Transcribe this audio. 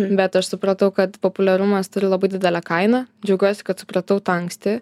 bet aš supratau kad populiarumas turi labai didelę kainą džiaugiuosi kad supratau tą anksti